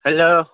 hello